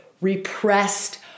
repressed